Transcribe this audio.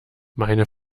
meine